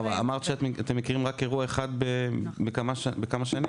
אמרת שאתם מכירים רק אירוע אחד בכמה שנים.